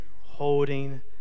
holding